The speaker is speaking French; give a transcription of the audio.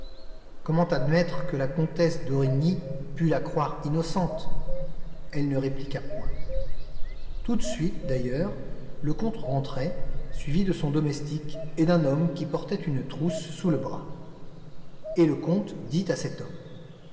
comment admettre que la comtesse d'origny pût la croire innocente elle ne répliqua point tout de suite d'ailleurs le comte rentrait suivi de son domestique et d'un homme qui portait une trousse sous le bras et le comte dit à cet homme